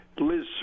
Liz